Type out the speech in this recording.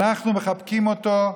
אנחנו מחבקים אותו.